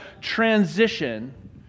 transition